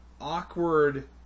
awkward